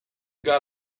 got